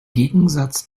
gegensatz